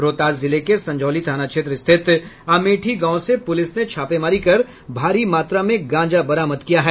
रोहतास जिले के संझौली थाना क्षेत्र स्थित अमेठी गांव से पुलिस ने छापेमारी कर भारी मात्रा में गांजा बरामद किया है